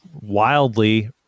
wildly